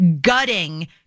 gutting